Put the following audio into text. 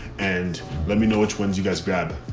and let me know which ones you guys grab.